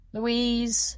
Louise